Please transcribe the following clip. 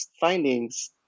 findings